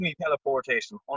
teleportation